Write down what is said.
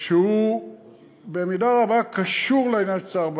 שקשורה במידה רבה לעניין של צער בעלי-חיים.